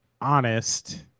honest